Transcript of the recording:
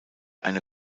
eine